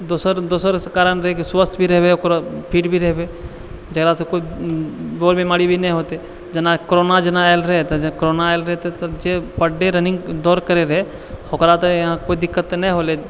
दोसर दोसर कारण रहै कि स्वस्थ भी रहबै फिट भी रहबै जकरासँ कोई रोग बीमारी भी नहि होते जेना करोना जेना आयल रहै तऽ करोना आयल रहै तऽ जे पर डे रनिंग दौड़ करै रहै ओकरा तऽ यहाँ कोई दिक्कत तऽ नहि हौले